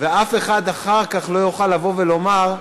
ואף אחד אחר כך לא יוכל לבוא ולומר,